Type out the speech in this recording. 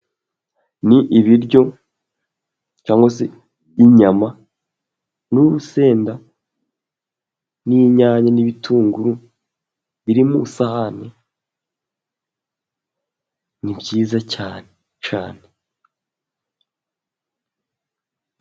Ni ibiryo cyangwa se inyama n'urusenda, ni inyanya n'ibitunguru biri mu isahani ni byiza cyane cyane.